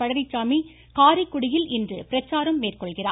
பழனிசாமி காரைக்குடியில் இன்று பிரச்சாரம் மேற்கொள்கிறார்